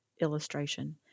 Illustration